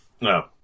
No